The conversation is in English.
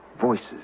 voices